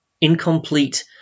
incomplete